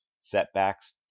setbacks